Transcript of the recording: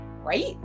right